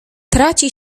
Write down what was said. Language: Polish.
traci